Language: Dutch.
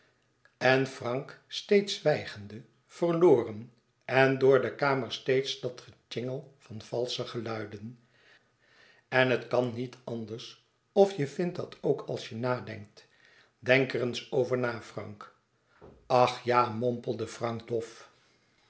en frank steeds zwijgende verloren en door de kamer steeds dat getjingel van valsche geluiden en het kan niet anders of je vindt dat ook als je nadenkt denk er eens over na frank ach ja mompelde frank dof